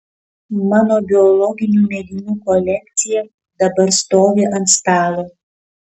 mano biologinių mėginių kolekcija dabar stovi ant stalo